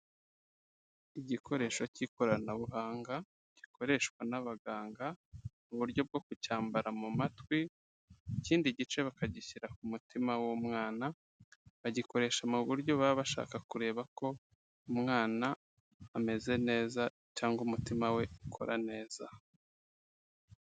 Igikoresho k'ikoranabuhanga, gikoreshwa n'abaganga mu buryo bwo kucyambara mu matwi, kindi gice bakagishyira ku mutima w'umwana, bagikoresha mu buryo baba bashaka kureba ko umwana ameze neza cyangwa umutima we ukora neza.